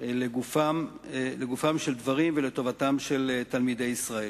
לגופם של דברים ולטובתם של תלמידי ישראל.